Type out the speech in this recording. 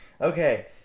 Okay